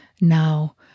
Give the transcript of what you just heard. now